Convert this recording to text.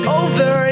over